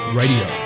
radio